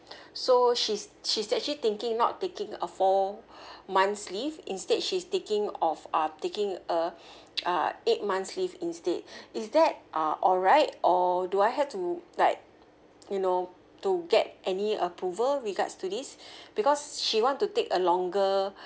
so she's she's actually thinking not taking a four months leave instead she's taking off uh taking a uh eight months leave instead is that uh alright or do I have to like you know to get any approval regards to this because she want to take a longer